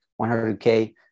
100K